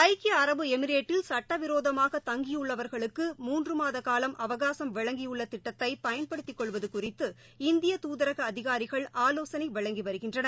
ஐக்கிய அரபு எமிரேட்டில் சட்ட விரோதமாக தங்கியுள்ளவா்களுக்கு மூன்று மாத காலம் அவகாசம் வழங்கியுள்ள திட்டத்தை பயன்படுததி கொள்வது குறித்து இந்திய தூதரக அதிகாரிகள் ஆலோசனை வழங்கி வருகின்றனர்